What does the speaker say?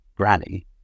Granny